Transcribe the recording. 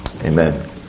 Amen